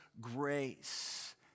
grace